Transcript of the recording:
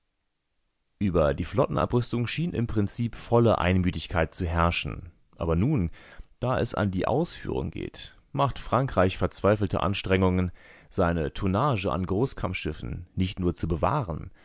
über die flottenabrüstung schien im prinzip volle einmütigkeit zu herrschen aber nun da es an die ausführung geht macht frankreich verzweifelte anstrengungen seine tonnage an großkampfschiffen nicht nur zu bewahren